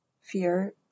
Fear